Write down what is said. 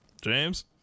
james